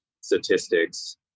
statistics